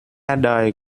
đời